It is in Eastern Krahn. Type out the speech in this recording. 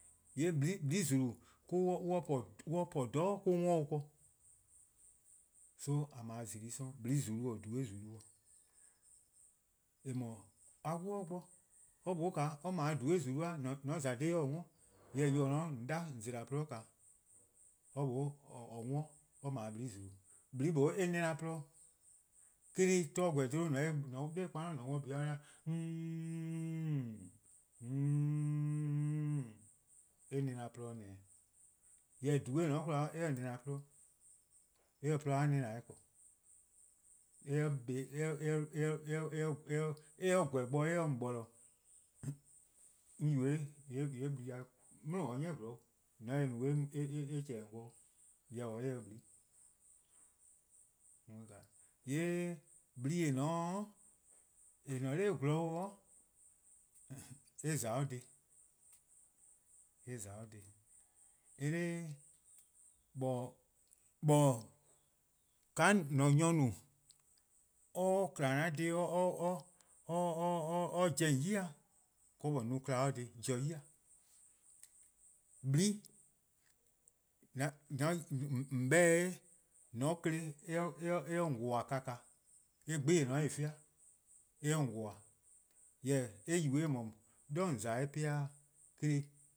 :Yee' :blii' :zulu' mo-: :mor on po :dhororn' mo-: :an 'worn-dih-eh ken-dih. So :a 'ble :zulu:+ 'sororn' :blii' :zulu-: 'dekorn: :dhui' :zulu-:, :eh :mor a 'wluh 'o or bo, or mlor or 'ble :dhui' :zulu' 'da-: an :za dhih-' or-' 'worn-ih. Jerwor: :yor :or :ne-a 'o :on 'da 'de :on zela-a :gwluhuh', or mlor 'de :or 'worn, or 'ble :blii' :zulu:. :blii' :mlor eh na-dih :porluh-dih, eh-: :korn dhih :mor glu-gor :mor :on mor :on 'wluh 'nor 'zorn :mor :on 'worn :blii'-a wlu eh no :heeeen: :ooooon:, eh :na-dih :porluh-dih :neh 'o. Jorwor: :dhui' :eh :ne-a 'de 'kwla eh-' :na-dih :porluh-dih, eh se :porluh-a dih :na-dih dhih :korn. :mor eh :gweh 'i eh 'ye :on borlor:. 'on yubo-eh :yee' blu ya pa 'de 'ni 'zorn 'o, :mor :on se-eh no :yee' eh :chehn-dih on-dih 'o, jorwor: eh :se :blii'. :yee' :blii' :eh :ne-a 'o, :eh :ne-a 'nor :gwlor, eh :za-' dhih, eh :za-' dhih eh 'da, :mor, :ka an-a' nyor no-a or :kma :an dhih or pobo-a :on ya, ka :on 'ye no, :kma or dhih, pobo-or ya. :blii' :on 'beh-dih-eh :mor :on kpon-eheh 'ye :on ya-dih jela: :kana :kana, eh gbon+ :dao' :en 'fean'-a eh 'ye :on-dih jela:, jorwor: eh yubo-eh 'de :dha :on :za eh 'pean' eh-: dhih